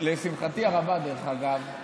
לשמחתי הרבה, דרך אגב,